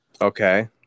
Okay